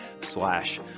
slash